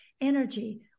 energy